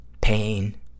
pain